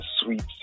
sweet